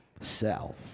Self